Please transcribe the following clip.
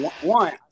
one